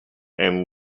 and